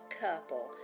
couple